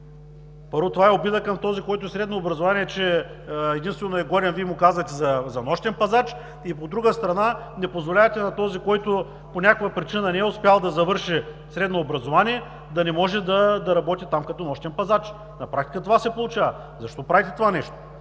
Първо, това е обида към този, който е със средно образование, че единствено е годен, Вие го казахте, за нощен пазач. От друга страна, не позволявате на този, който по някаква причина не е успял да завърши средно образование, да не може да работи там като нощен пазач. На практика това се получава. Защо правите това нещо?